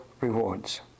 rewards